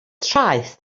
traeth